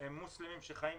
מוסלמים שחיים